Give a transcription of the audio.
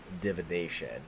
divination